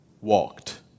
walked